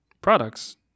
products